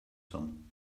some